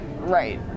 right